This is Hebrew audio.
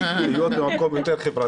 ולהיות במקום יותר חברתי.